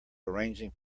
arranging